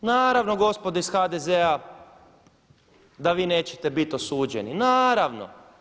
Naravno gospodo iz HDZ-a da vi nećete biti osuđeni, naravno.